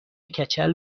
کچل